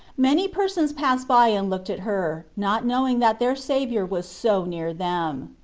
many persons passed by and looked at her, not knowing that their saviour was so near them.